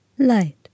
Light